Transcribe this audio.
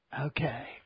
Okay